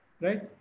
right